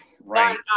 Right